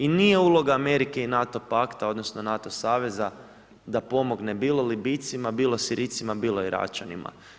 I nije uloga Amerike i NATO pakta, odnosno, NATO saveza da pomogne, bilo Libicima, bilo Sirijcima, bilo Iračanima.